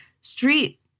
street